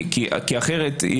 כי החוק בא